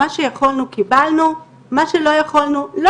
מה שיכולנו קיבלנו, מה שלא יכולנו לא